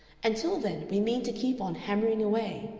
until then we mean to keep on hammering away.